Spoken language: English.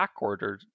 backordered